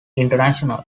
international